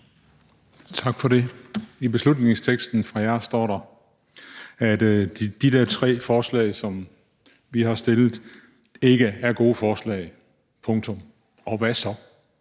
Tak for det. I vedtagelsesteksten fra jer står der, at de der tre forslag, som vi har stillet, ikke er gode forslag, punktum, og hvad så?